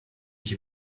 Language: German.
ich